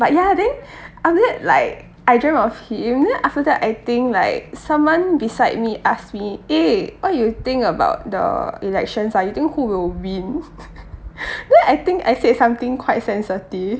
but ya then after that like I dreamt of him then after that I think like someone beside me ask me eh what you think about the elections ah you think who will win then I think I said something quite sensitive